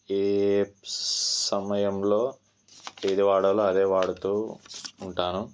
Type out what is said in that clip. ఏ సమయంలో ఏది వాడాలో అదే వాడుతూ ఉంటాను